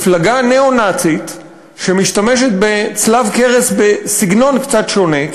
מפלגה ניאו-נאצית שמשתמשת בצלב קרס בסגנון קצת שונה,